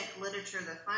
literature